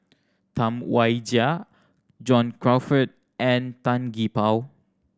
Tam Wai Jia John Crawfurd and Tan Gee Paw